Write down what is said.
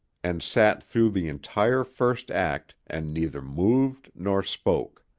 and sat through the entire first act and neither moved nor spoke.